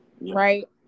right